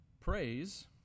praise